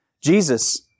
Jesus